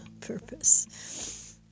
purpose